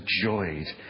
enjoyed